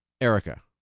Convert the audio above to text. Erica